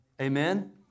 Amen